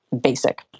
basic